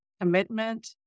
commitment